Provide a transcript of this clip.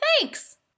thanks